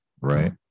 Right